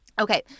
okay